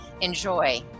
Enjoy